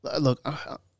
look